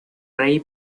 rey